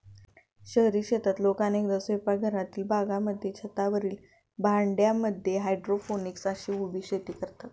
शहरी शेतीत लोक अनेकदा स्वयंपाकघरातील बागांमध्ये, छतावरील भांड्यांमध्ये हायड्रोपोनिक्स आणि उभी शेती करतात